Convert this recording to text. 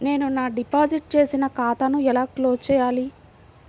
నేను నా డిపాజిట్ చేసిన ఖాతాను ఎలా క్లోజ్ చేయాలి?